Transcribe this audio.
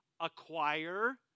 acquire